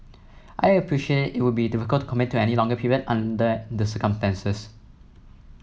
I appreciate it would be difficult to commit to any longer period under the circumstances